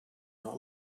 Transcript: not